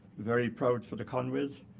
very proud for the conways,